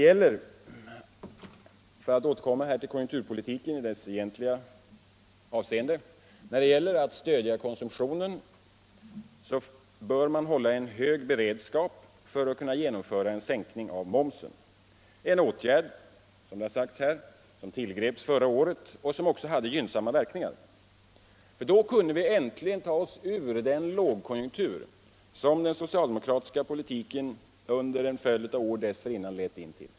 För att återkomma till konjunkturpolitiken i egentlig mening så måste man för att stödja konsumtionen hålla en hög beredskap för att kunna genomföra en sänkning av momsen. Den åtgärden tillgreps förra året och hade gynnsamma effekter. Då kunde vi äntligen ta oss ur den lågkonjunktur som den socialdemokratiska politiken under en följd av år dessförinnan lett in i.